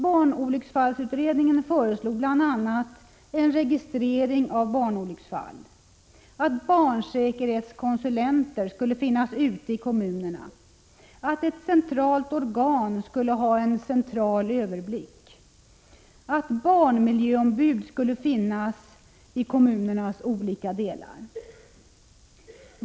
Barnolycksfallsutredningen föreslog en registrering av barnolycksfall och vidare bl.a. att barnsäkerhetskonsulenter skulle finnas ute i kommunerna, att ett centralt organ skulle ha en central överblick, att barnmiljöombud skulle finnas i kommunernas olika delar.